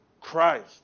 Christ